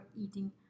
eating